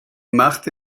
machte